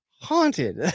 haunted